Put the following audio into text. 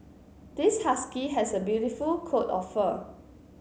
this husky has a beautiful coat of fur